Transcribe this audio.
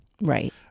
Right